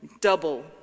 double